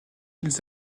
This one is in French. ils